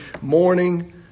morning